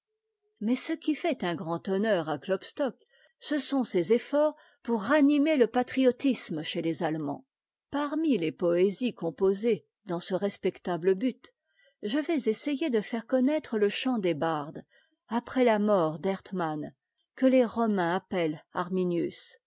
mais ce qui fait un grand honneur à klopstock ce sont ses efforts pour ranimer le patriotisme chez les allemands parmi es poésies composées dans ce respectable but je vais essayer de faire connaître le chant des bardes après la mort d'hermanh que les romains appellent